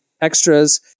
extras